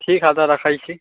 ठीक हइ तऽ रखै छिए